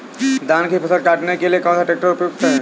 धान की फसल काटने के लिए कौन सा ट्रैक्टर उपयुक्त है?